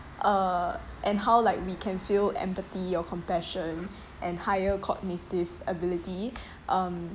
uh and how like we can feel empathy or compassion and higher cognitive ability um